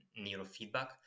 neurofeedback